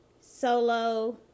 solo